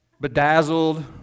Bedazzled